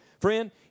Friend